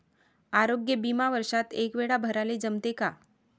आरोग्य बिमा वर्षात एकवेळा भराले जमते का?